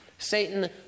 Satan